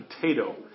potato